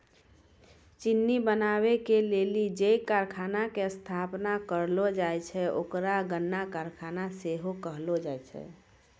चिन्नी बनाबै के लेली जे कारखाना के स्थापना करलो जाय छै ओकरा गन्ना कारखाना सेहो कहलो जाय छै